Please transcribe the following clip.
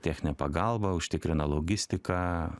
techninė pagalba užtikrina logistiką